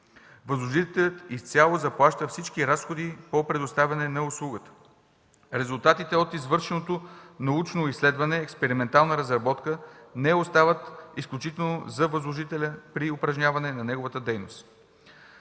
възложителят изцяло заплаща всички разходи по предоставяне на услугата, резултатите от извършеното научно изследване или експериментална разработка не остават изключително за възложителя при упражняване на неговата дейност.